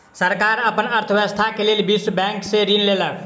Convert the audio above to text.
सरकार अपन अर्थव्यवस्था के लेल विश्व बैंक से ऋण लेलक